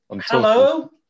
hello